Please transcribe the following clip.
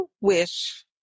wish